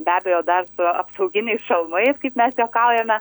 be abejo dar su apsauginiais šalmais kaip mes juokaujame